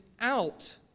out